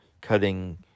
cutting